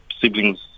siblings